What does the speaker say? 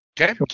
Okay